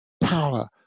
power